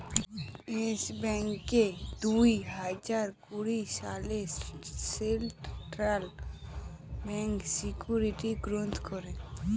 yes ব্যাঙ্ককে দুই হাজার কুড়ি সালে সেন্ট্রাল ব্যাঙ্ক সিকিউরিটি গ্রস্ত করে